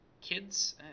kids